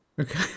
Okay